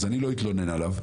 אז אני לא אתלונן עליו.